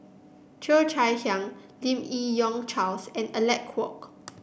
Cheo Chai Hiang Lim Yi Yong Charles and Alec Kuok